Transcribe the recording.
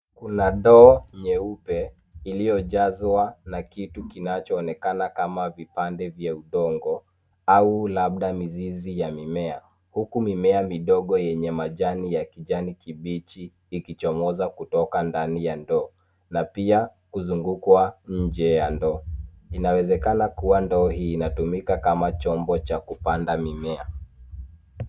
Kuna ndoo nyeupe iliyojazwa na kitu kinachonekana kama vipande vya udongo au labda mizizi ya mimea huku mimea midogo yenye majani ya kijani kibichi linachomoza kutoka ndani ya ndio na pia kuzungukwa nje ya ndoo. Inawezekana kuwa ndoo hii inatumika kama chombo cha kupanda mimea.